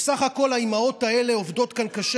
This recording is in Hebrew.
בסך הכול האימהות האלה עובדות כאן קשה